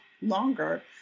longer